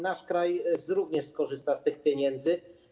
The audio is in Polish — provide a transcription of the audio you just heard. Nasz kraj również skorzysta z tych pieniędzy.